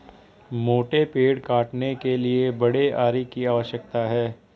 मोटे पेड़ काटने के लिए बड़े आरी की आवश्यकता है